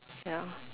ya